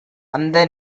அந்த